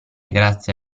grazie